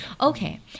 Okay